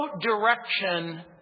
direction